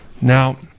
Now